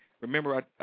Remember